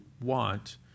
want